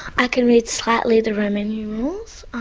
i can read slightly the roman numerals